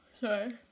Sorry